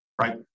Right